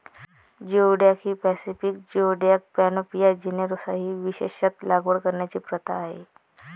geoduck ही Pacific geoduck, पॅनोपिया जेनेरोसा ही विशेषत लागवड करण्याची प्रथा आहे